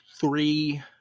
three